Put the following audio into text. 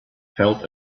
felt